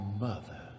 mother